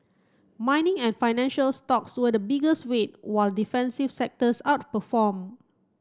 mining and financial stocks were the biggest weight while defensive sectors outperformed